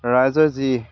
ৰাইজে যি